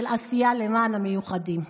של עשייה למען המיוחדים.